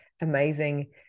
amazing